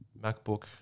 MacBook